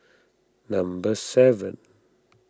number seven